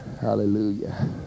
hallelujah